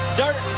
dirt